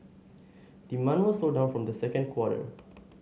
demand was slow down from the second quarter